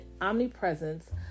omnipresence